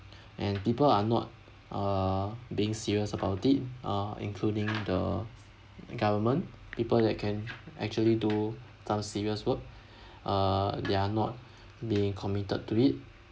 and people are not err being serious about it uh including the government people that can actually do some serious work uh they're not being committed to it